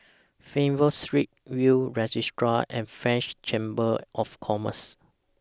Fernvale Street Will's Registry and French Chamber of Commerce